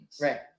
Right